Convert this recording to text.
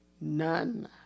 none